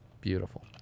Beautiful